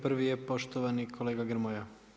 Prvi je poštovani kolega Grmoja.